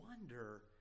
wonder